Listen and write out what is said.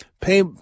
pay